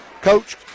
Coach